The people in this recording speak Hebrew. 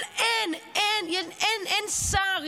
אבל אין, אין, אין שר.